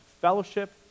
fellowship